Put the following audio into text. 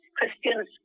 Christians